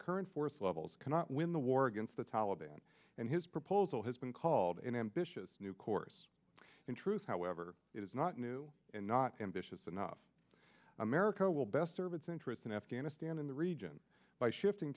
current force levels cannot win the war against the taliban and his proposal has been called an ambitious new course in truth however it is not new and not ambitious enough america will best serve its interests in afghanistan in the region by shifting